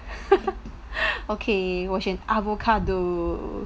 okay 我选 avocado